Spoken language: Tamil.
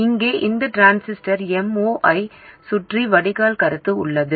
இங்கே இந்த டிரான்சிஸ்டர் M0 ஐச் சுற்றி வடிகால் கருத்து உள்ளது